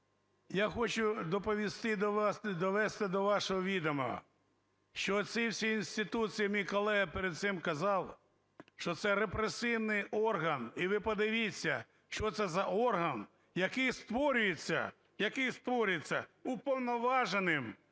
я хочу доповісти і довести до вашого відома, що ці всі інституції – мій колега перед цим казав, - що це репресивний орган. І ви подивіться, що це за орган, який створюється уповноваженим